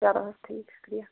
چَلوٗ حظ ٹھیٖک شُکُریہ